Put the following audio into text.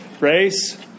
race